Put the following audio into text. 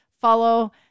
follow